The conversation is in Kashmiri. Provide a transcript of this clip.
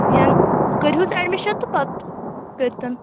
یَنہٕ کٔرۍہوٗس ایٚڈمِشَن تہٕ پَتہٕ کٔرۍتن